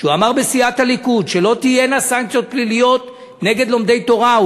שהוא אמר בסיעת הליכוד שלא תהיינה סנקציות פליליות נגד לומדי תורה,